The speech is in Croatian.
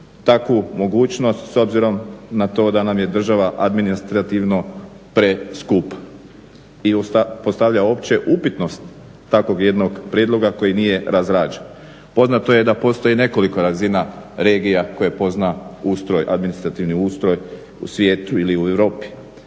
takvu mogućnost s obzirom na to da nam je država administrativno preskupa i postavlja uopće upitnost takvog jednog prijedloga koji nije razrađen. Poznato je da postoje nekoliko razina regija koje pozna administrativni ustroj u svijetu ili u Europi.